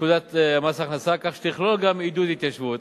לפקודת מס הכנסה כך שתכלול גם "עידוד התיישבות".